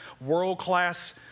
world-class